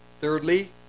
thirdly